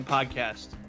Podcast